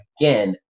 again